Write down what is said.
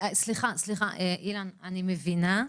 סליחה, אילן, אני מבינה.